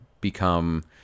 become